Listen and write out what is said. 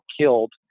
killed